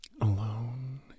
Alone